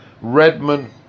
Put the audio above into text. Redmond